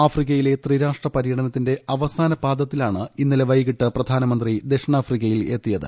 ആഫ്രിക്കയിലെ ത്രിരാഷ്ട്ര പര്യടനത്തിന്റെ അവസാനപാദത്തിലാണ് ഇന്നലെ വൈകിട്ട് പ്രധാനമന്ത്രി ദക്ഷിണാഫ്രിക്കയിൽ എത്തിയത്